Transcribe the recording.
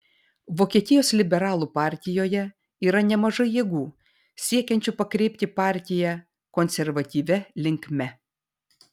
vokietijos liberalų partijoje yra nemažai jėgų siekiančių pakreipti partiją konservatyvia linkme